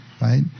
right